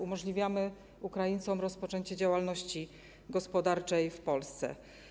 Umożliwiamy Ukraińcom rozpoczęcie działalności gospodarczej w Polsce.